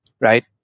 right